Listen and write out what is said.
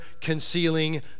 concealing